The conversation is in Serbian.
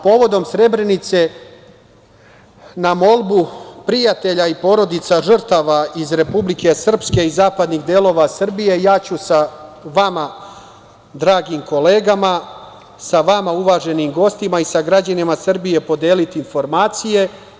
Povodom Srebrenice na molbu prijatelja i porodica žrtava iz Republike Srpske i zapadnih delova Srbije sa vama ću dragim kolegama, sa vama uvaženim gostima i sa građanima Srbije podeliti informacije.